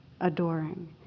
adoring